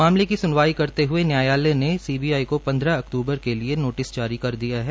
मामले की स्नवाई करते हए न्यायालय ने सीबीआई को पन्द्रह अक्तूबर के लिए नोटिस जारी कर दिया है